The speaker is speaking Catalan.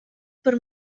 per